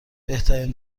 بهترین